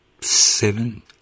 seven